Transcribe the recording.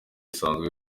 isanzwe